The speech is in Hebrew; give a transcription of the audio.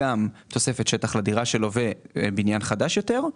תוספת שטח לדירה שלו ובניין חדש יותר,